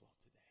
today